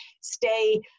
stay